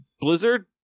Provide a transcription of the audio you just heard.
Blizzard